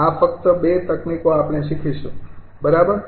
આ ફક્ત ૨ તકનીકો આપણે શીખીશું બરાબર